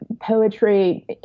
poetry